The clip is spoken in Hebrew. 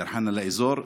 דיר אל-חנא, לאזור.